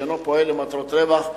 שאינו פועל למטרות רווח,